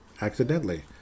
accidentally